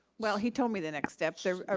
well, he told me the next step. they're, ah